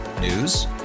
News